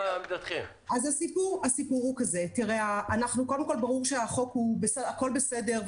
הסיפור הוא כזה קודם כל ברור שהכול בסדר,